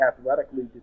athletically